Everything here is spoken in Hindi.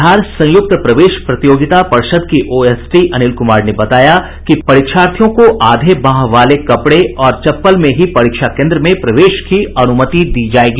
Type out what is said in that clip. बिहार संयुक्त प्रवेश प्रतियोगिता पर्षद के ओएसडी अनिल कुमार ने बताया कि परीक्षार्थियों को आधे बांह वाले कपड़े और चप्पल में ही परीक्षा केन्द्र में प्रवेश की अनुमति दी जायेगी